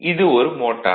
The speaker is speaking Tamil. இது ஒரு மோட்டார்